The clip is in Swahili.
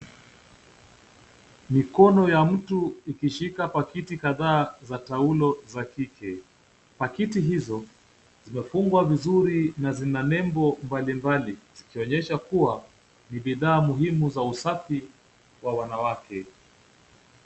Mikono ya mtu ikishika pakiti kadhaa za taulo za kike. Pakiti hizo zimefungwa vizuri na vina nembo mbalimbali ikionyesha kuwa ni bidhaa muhimu za usafi wa wanawake.